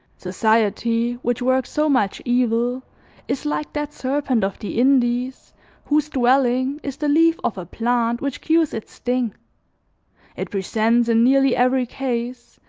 society which works so much evil is like that serpent of the indies whose dwelling is the leaf of a plant which cures its sting it presents, in nearly every case,